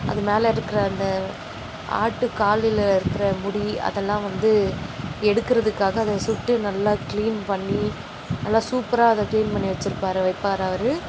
அது மேலே இருக்கிற அந்த ஆட்டுக்காலில் இருக்கிற முடி அதெல்லாம் வந்து எடுக்கிறதுக்காக அதை சுட்டு நல்லா கிளீன் பண்ணி நல்லா சூப்பராக அதை கிளீன் பண்ணி வச்சிருப்பாரு வைப்பார் அவரு